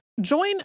Join